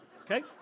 okay